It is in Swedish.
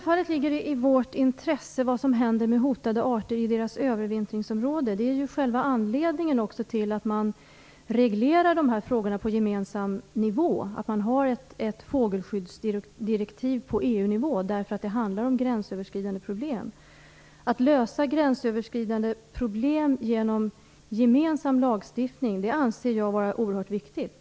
Fru talman! Vad som händer med hotade arter i deras övervintringsområde ligger självfallet i vårt intresse. Det är ju också själva anledningen till att man reglerar de här frågorna på gemensam nivå och har ett fågelskyddsdirektiv på EU-nivå - det handlar om gränsöverskridande problem. Att lösa gränsöverskridande problem genom gemensam lagstiftning anser jag vara oerhört viktigt.